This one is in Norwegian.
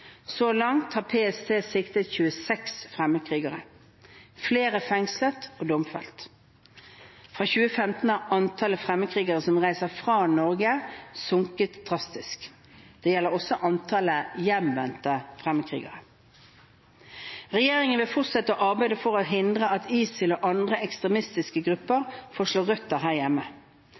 Så langt har PST siktet 26 fremmedkrigere. Flere er fengslet og domfelt. Fra 2015 har antallet fremmedkrigere som reiser fra Norge, sunket drastisk. Det gjelder også antall hjemvendte fremmedkrigere. Regjeringen vil fortsette arbeidet for å hindre at ISIL og andre ekstremistiske grupper får slå røtter her hjemme.